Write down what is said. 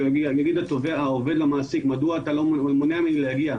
יגיד התובע למעסיק מדוע הוא מונע ממנו להגיע,